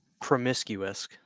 promiscuous